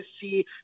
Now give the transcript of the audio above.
see